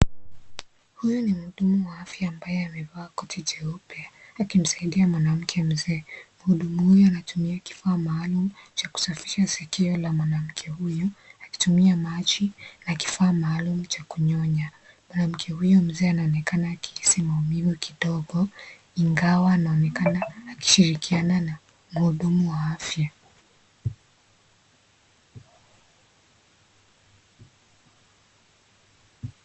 Huyu ni mhudumu wa afya ambaye amevaa koti jeupe, akimsaidia mwanamke mzee. Mhudumu huyu anatumia kifaa maalum cha kusafisha sikio la mwanamke huyu, akitumia maji na kifaa maalum cha kunyonya. Mwanamke huyu mzee anaonekana akihisi maumivu kidogo, ingawa anaonekana akishirikiana na mhudumu wa afya.